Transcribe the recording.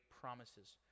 promises